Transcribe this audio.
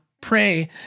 pray